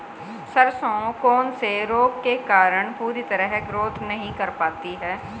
सरसों कौन से रोग के कारण पूरी तरह ग्रोथ नहीं कर पाती है?